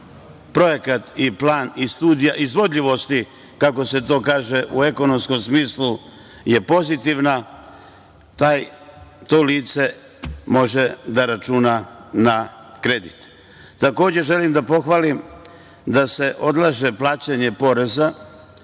projekat i plan i studija izvodljivosti, kako se to kaže u ekonomskom smislu, je pozitivna, to lice može da računa na kredit. Takođe, želim da pohvalim da se odlaže plaćanje poreza